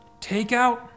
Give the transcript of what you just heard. takeout